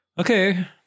okay